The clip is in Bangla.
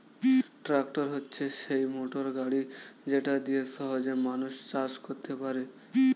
ট্র্যাক্টর হচ্ছে সেই মোটর গাড়ি যেটা দিয়ে সহজে মানুষ চাষ করতে পারে